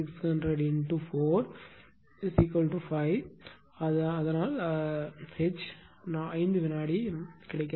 0 அதனால் H உண்மையில் 5 வினாடி ஆகிறது